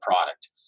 product